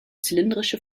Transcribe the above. zylindrische